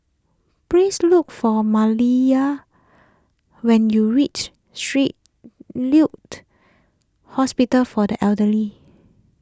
please look for Maliyah when you reach Street Hospital for the Elderly